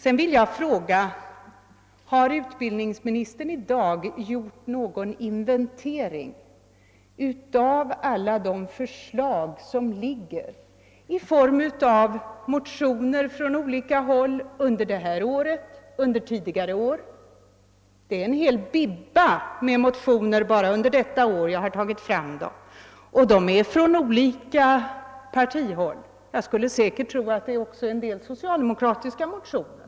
Sedan vill jag fråga: Har utbildningsministern i dag gjort någon inventering av alla de förslag som har framförts i form av motioner från olika håll under detta år och tidigare år? Det finns en hel »bibba» med motioner bara under detta år; jag har tagit fram dem. Och de kommer från olika partier — det är säkerligen också en del socialdemokratiska motioner.